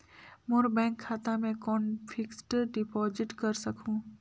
मोर bank खाता मे कौन फिक्स्ड डिपॉजिट कर सकहुं?